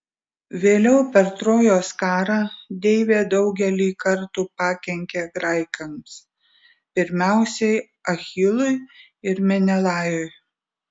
vėliau per trojos karą deivė daugelį kartų pakenkė graikams pirmiausiai achilui ir menelajui